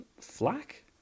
Flack